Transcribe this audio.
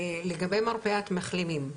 לגבי מרפאת מחלימים,